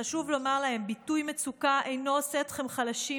חשוב לומר להם: ביטוי מצוקה אינו עושה אתכם חלשים,